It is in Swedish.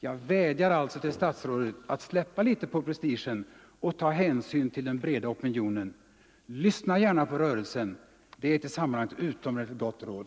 Jag vädjar alltså till statsrådet att släppa litet på prestigen och ta hänsyn till den breda opinionen! Lyssna gärna på ”rörelsen” — det är ett i sammanhanget utomordentligt gott råd!